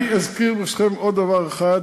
אזכיר עוד דבר אחד,